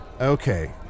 Okay